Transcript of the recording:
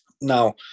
Now